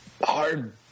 hard